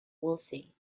woolsey